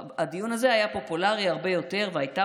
הדיון הזה היה פופולרי הרבה יותר והייתה